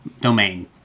domain